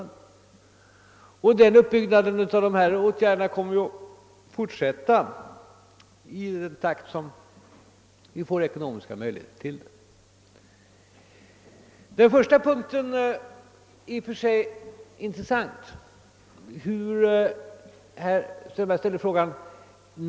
Det är en mycket intressant fråga.